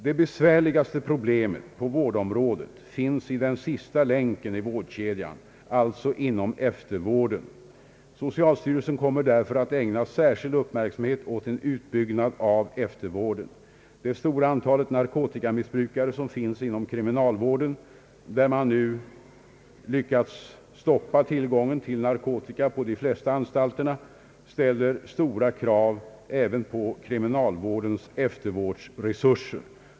Det besvärligaste problemet på vårdområdet finns i den sista länken i vårdkedjan, alltså inom eftervården. Socialstyrelsen kommer därför att ägna särskild upp märksamhet åt en utbyggnad av denna vårdform. Det stora antal narkotikamissbrukare som finns inom kriminalvården, där man nu lyckats stoppa tillgången till narkotika på de flesta anstalter, ställer stora krav även på kriminalvårdens eftervårdsresurser.